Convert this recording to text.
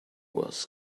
was